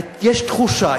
יש תחושה,